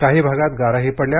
काही भागात गाराही पडल्या